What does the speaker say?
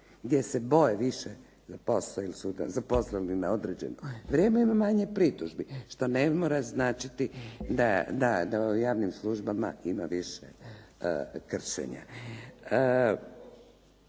gdje se boje više zaposleni na određeno vrijeme ima manje pritužbi što ne mora značiti da u javnim službama ima više kršenja.